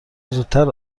زودتر